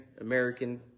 American